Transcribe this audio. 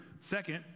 Second